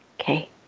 Okay